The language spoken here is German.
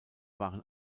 waren